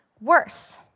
worse